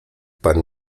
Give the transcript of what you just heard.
pan